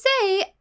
say